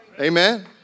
Amen